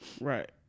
right